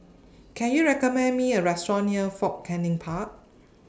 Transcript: Can YOU recommend Me A Restaurant near Fort Canning Park